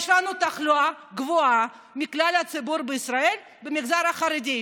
יש לנו תחלואה גבוהה מכלל הציבור בישראל במגזר החרדי.